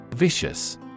Vicious